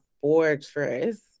fortress